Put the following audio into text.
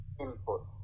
input